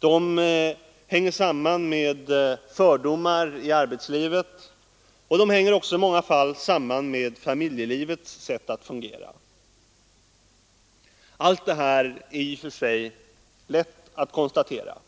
De hänger samman med fördomar d arbetslivet, och de hänger också i många fall samman med familjelivets sätt att fungera. Allt det här är i och för sig lätt att konstatera.